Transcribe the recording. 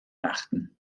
achten